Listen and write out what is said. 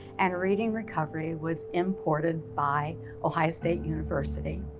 and reading recovery was imported by ohio state university.